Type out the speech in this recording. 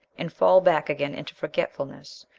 and fall back again into forgetfulness,